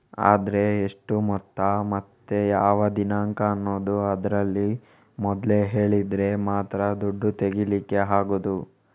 ಆದ್ರೆ ಎಷ್ಟು ಮೊತ್ತ ಮತ್ತೆ ಯಾವ ದಿನಾಂಕ ಅನ್ನುದು ಅದ್ರಲ್ಲಿ ಮೊದ್ಲೇ ಹೇಳಿದ್ರೆ ಮಾತ್ರ ದುಡ್ಡು ತೆಗೀಲಿಕ್ಕೆ ಆಗುದು